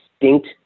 distinct